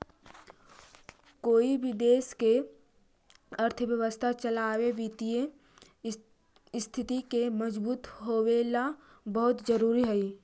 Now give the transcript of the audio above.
कोई भी देश के अर्थव्यवस्था चलावे वित्तीय स्थिति के मजबूत होवेला बहुत जरूरी हइ